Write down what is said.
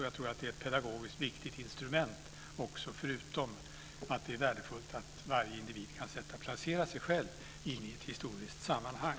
Jag tror att det är ett pedagogiskt viktigt instrument, förutom att det är värdefullt att varje individ kan placera in sig själv i ett historiskt sammanhang.